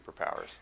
superpowers